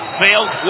fails